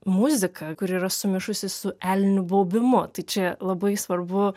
muzika kuri yra sumišusi su elnių baubimu tai čia labai svarbu